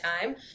time